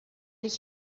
ich